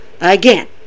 again